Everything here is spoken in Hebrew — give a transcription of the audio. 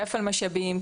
כפל משאבים,